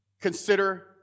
Consider